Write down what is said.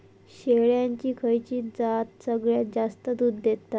शेळ्यांची खयची जात सगळ्यात जास्त दूध देता?